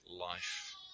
life